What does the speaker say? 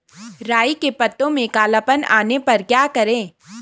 राई के पत्तों में काला पन आने पर क्या करें?